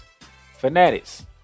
fanatics